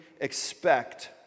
expect